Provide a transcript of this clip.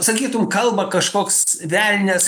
sakytum kalba kažkoks velnias